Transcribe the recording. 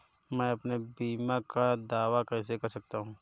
मैं अपने बीमा का दावा कैसे कर सकता हूँ?